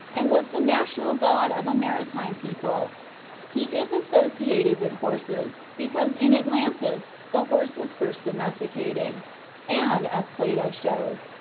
and was the national god of a maritime people he is associated with horses, because in atlantis the horse was first domesticated and, as plato shows,